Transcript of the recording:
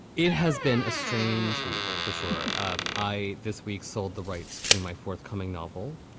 it has been a strange week for sure. um i this week sold the rights to my forthcoming novel.